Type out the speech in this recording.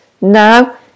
now